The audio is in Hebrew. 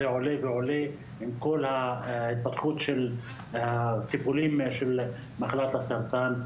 עולה ועולה עם כל ההתפתחות של הטיפולים של מחלת הסרטן,